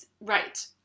Right